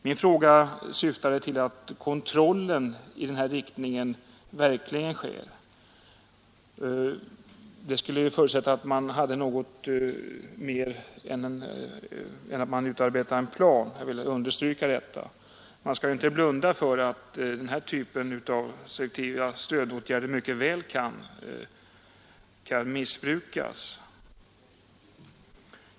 Min fråga avsåg om några kontroller av detta verkligen sker. Det förutsätter att man gör mer än utarbetar en plan. Man skall inte blunda för att den här typen av stödåtgärder mycket väl kan missbrukas.